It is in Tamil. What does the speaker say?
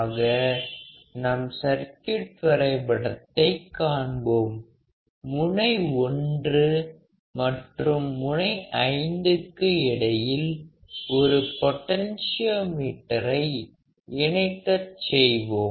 ஆக நாம் சர்க்யூட் வரைபடத்தை காண்போம் முனை 1 மற்றும் முனை 5 க்கு இடையில் ஒரு பொடன்சியோமீட்டர் இணைக்கச் செய்வோம்